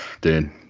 dude